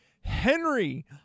Henry